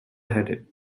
headed